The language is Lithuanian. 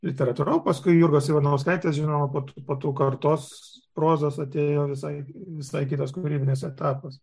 literatūra o paskui jurgos ivanauskaitės žinoma po tų kartos prozos atėjo visai visai kitas kūrybinis etapas